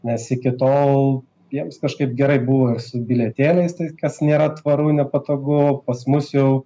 nes iki tol jiems kažkaip gerai buvo su bilietėliais tai kas nėra tvaru nepatogu pas mus jau